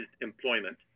employment